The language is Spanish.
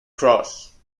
cross